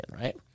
right